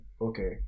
okay